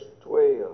twelve